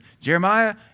Jeremiah